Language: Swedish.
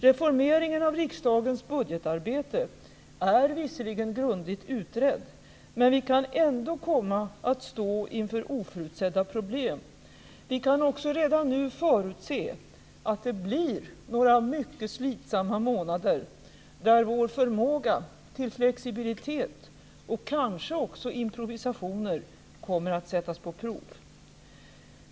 Reformeringen av riksdagens budgetarbete är visserligen grundligt utredd, men vi kan ändå komma att stå inför oförutsedda problem. Vi kan också redan nu förutse att det blir några mycket slitsamma månader, där vår förmåga till flexibilitet, och kanske också improvisationer, kommer att sättas på prov.